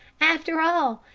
after all,